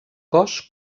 cos